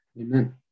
Amen